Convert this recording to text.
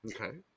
Okay